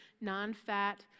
non-fat